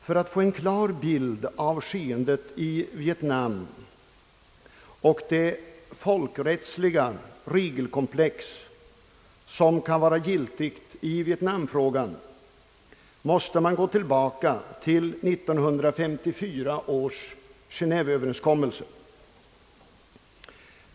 För att få en klar bild av skeendet i Vietnam och det folkrättsliga regelkomplex, som kan vara giltigt i vietnamfrågan, måste man gå tillbaka till 1954 års Genéveöverenskommelse.